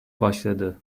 başladı